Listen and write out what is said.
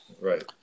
Right